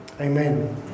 Amen